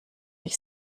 ich